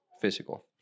physical